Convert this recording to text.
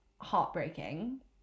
heartbreaking